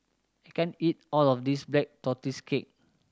can't eat all of this Black Tortoise Cake